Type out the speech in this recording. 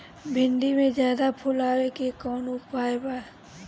भिन्डी में ज्यादा फुल आवे के कौन उपाय बा?